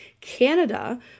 Canada